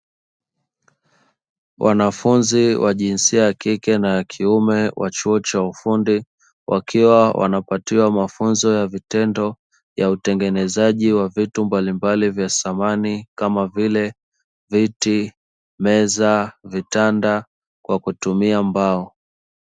Wanafunzi wa jinsia ya kike na wakiume wa chuo cha ufundi, wakiwa wanapatiwa mafunzo ya vitendo ya utengenezaji wa vitu mbalimbali vya samani kama viti, meza, vitanda kwa kutumia mbao.